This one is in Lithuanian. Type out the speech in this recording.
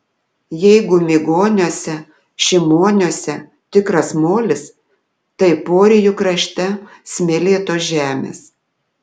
jeigu migoniuose šimoniuose tikras molis tai porijų krašte smėlėtos žemės